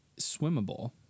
swimmable